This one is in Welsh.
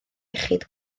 iechyd